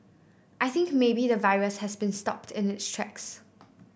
I think maybe the virus has been stopped in its tracks